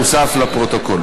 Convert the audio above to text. הוסף לפרוטוקול.